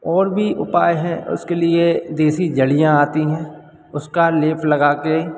और भी उपाय हैं उसके लिए देसी जड़ियाँ आती हैं उसका लेप लगा कर